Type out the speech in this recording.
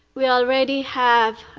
we already have